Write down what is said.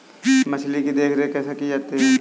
मछली की देखरेख कैसे की जाती है?